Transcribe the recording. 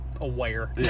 aware